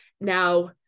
Now